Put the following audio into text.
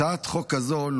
הצעת החוק הזאת,